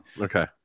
Okay